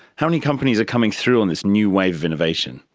how many companies are coming through on this new wave of innovation?